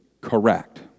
correct